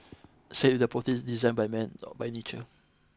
cellular proteins designed by man not by nature